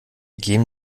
geben